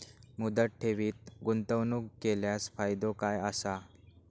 मुदत ठेवीत गुंतवणूक केल्यास फायदो काय आसा?